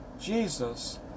Jesus